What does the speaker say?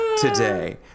today